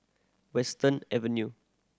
Western Avenue